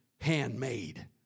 handmade